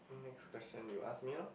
next question you ask me loh